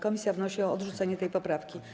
Komisja wnosi o odrzucenie tej poprawki.